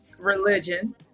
religion